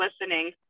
listening